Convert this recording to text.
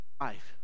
Life